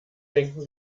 denken